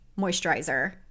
moisturizer